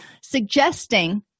Suggesting